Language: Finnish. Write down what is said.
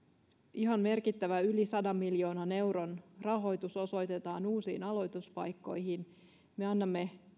ihan merkittävä yli sadan miljoonan euron rahoitus osoitetaan uusiin aloituspaikkoihin me annamme